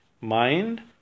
mind